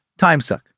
timesuck